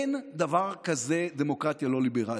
אין דבר כזה דמוקרטיה לא ליברלית.